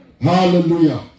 Hallelujah